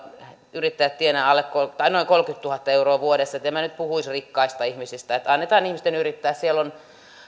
yrittäjistä tienaa noin kolmekymmentätuhatta euroa vuodessa niin että en minä nyt puhuisi rikkaista ihmisistä annetaan ihmisten yrittää siellä on